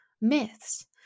myths